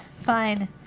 Fine